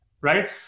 right